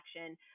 action